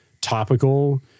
topical